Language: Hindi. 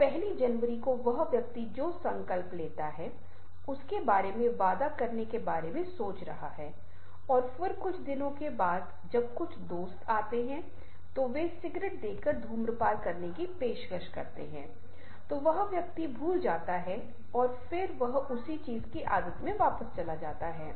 अब पहली जनवरी को वह व्यक्ति जो संकल्प लिया है उसके बारे में वादा करने के बारे में सोच रहा है और फिर कुछ दिनों के बाद जब कुछ दोस्त आ रहे हैं और वे सिगरेट देकर धूम्रपान करने की पेशकश कर रहे हैं तो व्यक्ति भूल जाता है और फिर वह उसी चीज़ की आदत पर वापस जाता है